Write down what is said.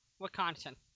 Wisconsin